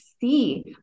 see